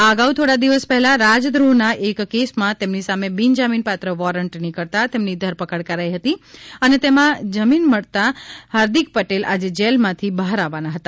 આ અગાઉ થોડા દિવસ પહેલા રાજદ્રોહના એક કેસમાં તેમની સામે બિનજામીન પાત્ર વોરંટ નીકળતા તેમની ધરપકડ કરાઈ હતી અને તેમાં જમીન મળતા હાર્દિક પટેલ આજે જેલમાંથી બહાર આવવાના હતા